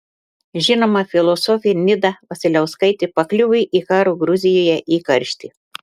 žinoma filosofė nida vasiliauskaitė pakliuvo į karo gruzijoje įkarštį